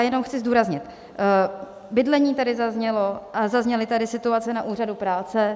Jenom chci zdůraznit, bydlení tady zaznělo a zazněly tady situace na úřadu práce.